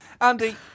Andy